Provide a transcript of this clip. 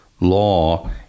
law